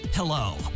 Hello